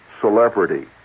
celebrity